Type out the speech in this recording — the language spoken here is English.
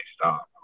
stop